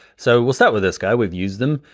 so we'll start with this guy, we've used him.